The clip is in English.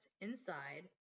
Inside